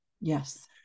Yes